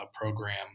program